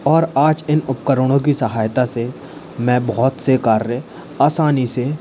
और आज इन उपकरणों की सहायता से मैं बहुत से कार्य आसानी से